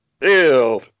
Ew